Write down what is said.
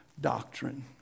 doctrine